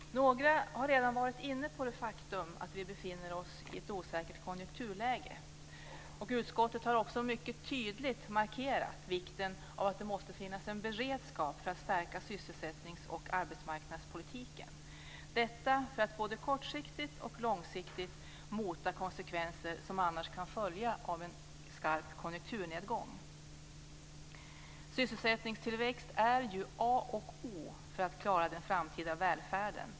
Herr talman! Några talare har redan varit inne på det faktum att vi befinner oss i ett osäkert konjunkturläge. Utskottet har också mycket tydligt markerat vikten av en beredskap för att stärka sysselsättningsoch arbetsmarknadspolitiken - detta för att både kortsiktigt och långsiktigt mota konsekvenser som annars kan följa av en skarp konjunkturnedgång. Sysselsättningstillväxt är A och O om vi ska klara den framtida välfärden.